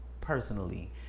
personally